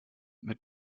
mit